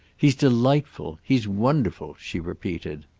he's delightful. he's wonderful, she repeated.